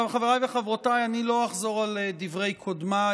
חבריי וחברותיי, אני לא אחזור על דברי קודמיי.